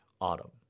autumn